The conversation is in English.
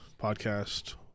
podcast